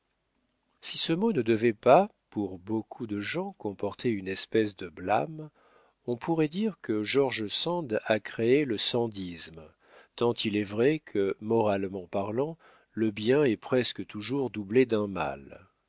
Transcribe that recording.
si ce mot ne devait pas pour beaucoup de gens comporter une espèce de blâme on pourrait dire que george sand a créé le sandisme tant il est vrai que moralement parlant le bien est presque toujours doublé d'un mal